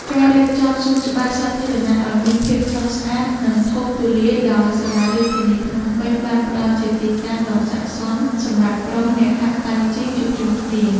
ការរៀបចំសួនច្បារសាធារណៈឱ្យមានភាពស្រស់ស្អាត និងធំទូលាយដោយសាលារាជធានីភ្នំពេញ បានផ្ដល់ជាទីតាំងដ៏សក្ដិសមសម្រាប់ក្រុមអ្នកហាត់តៃជីជួបជុំគ្នា។